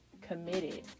committed